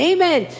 Amen